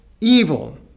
evil